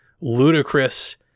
ludicrous